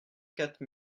quatre